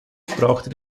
brachte